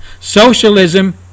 Socialism